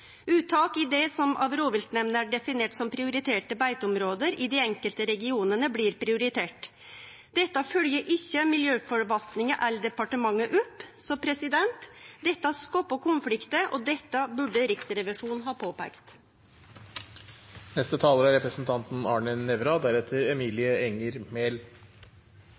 Uttak i det som av rovviltnemndene er definert som prioriterte beiteområder i de enkelte regionene blir prioritert.» Dette følgjer ikkje miljøforvaltninga eller departementet opp, så det skapar konfliktar, og det burde Riksrevisjonen ha